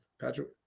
Patrick